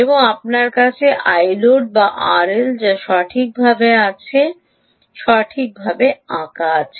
এবং আপনার কাছে Iload যা RL যা সঠিকভাবে Iload আঁকছে